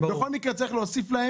בכל מקרה צריך להוסיף,